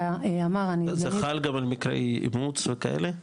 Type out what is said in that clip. זה חל גם על מקרי אימוץ וכאלה?